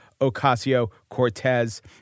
Ocasio-Cortez